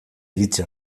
iritzi